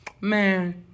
man